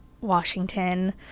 Washington